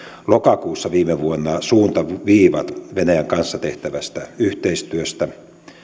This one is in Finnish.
lokakuussa viime vuonna suuntaviivat venäjän kanssa tehtävästä yhteistyöstä